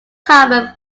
carbon